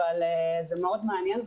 אבל זה מאוד מעניין,